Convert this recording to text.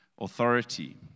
authority